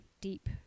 deep